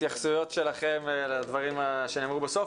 התייחסויות שלכם לדברים שנאמרו כאן.